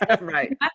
right